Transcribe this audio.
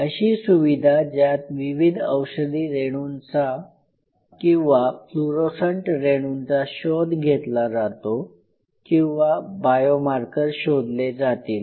अशी सुविधा ज्यात विविध औषधी रेणूंचा किंवा फ्लूरोसंट रेणूंचा शोध घेतला जातो किंवा बायोमार्कर शोधले जातील